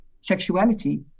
sexuality